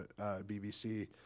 BBC